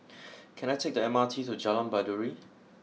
can I take the M R T to Jalan Baiduri